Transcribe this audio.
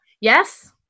Yes